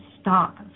stop